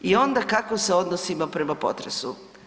I onda kako se odnosimo prema potresu?